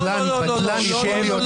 אתה עובדה